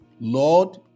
Lord